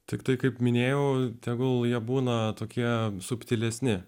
tiktai kaip minėjau tegul jie būna tokie subtilesni